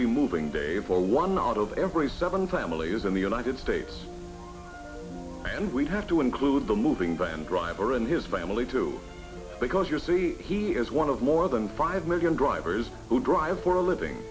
be moving day for one out of every seven families in the united states and we have to include the moving van driver and his family to because you see he is one of more than five million drivers who drive for a living